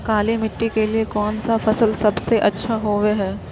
काली मिट्टी के लिए कौन फसल सब से अच्छा होबो हाय?